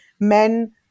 Men